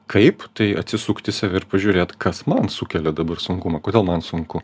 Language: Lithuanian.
kaip tai atsisukt į save ir pažiūrėt kas man sukelia dabar sunkumą kodėl man sunku